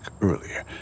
earlier